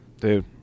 Dude